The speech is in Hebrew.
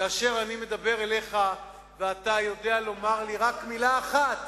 כאשר אני מדבר אליך ואתה יודע לומר לי רק מלה אחת: